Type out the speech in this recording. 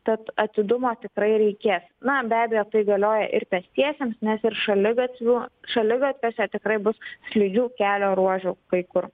tad atidumo tikrai reikės na be abejo tai galioja ir pėstiesiems nes ir šaligatvių šaligatviuose tikrai bus slidžių kelio ruožų kai kur